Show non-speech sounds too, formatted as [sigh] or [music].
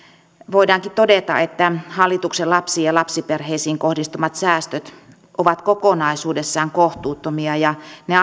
voidaankin todeta että hallituksen lapsiin ja lapsiperheisiin kohdistamat säästöt ovat kokonaisuudessaan kohtuuttomia ja ne [unintelligible]